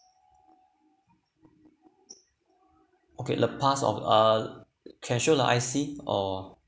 okay the pass of uh can I show the I_C or